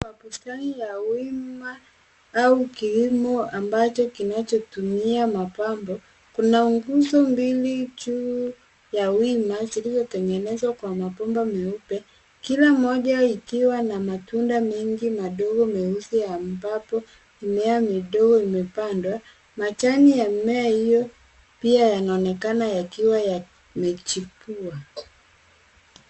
Kwa bustani ya wima au kilimo ambacho kinachotumia mapambo kuna guzo mbili juu ya wima zilizo tegenezwa kwa mabomba meupe kila moja ikiwa na matunda mengi madogo meusi ambapo mimea midogo imepandwa majani ya mmea hiyo pina inaonekana yakiwa yamechipuwa.